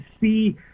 see